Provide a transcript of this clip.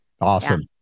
awesome